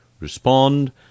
respond